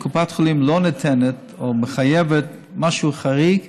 כשקופת חולים לא נותנת או מחייבת משהו חריג,